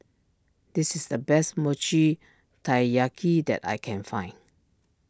this is the best Mochi Taiyaki that I can find